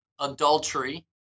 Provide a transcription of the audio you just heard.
adultery